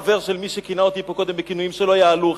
חבר של מי שכינה אותי פה קודם בכינויים שלא יעלו,